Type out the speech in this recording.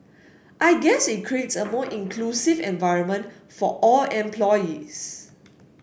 I guess it creates a more inclusive environment for all employees